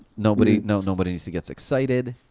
nobody you know nobody needs to get excited.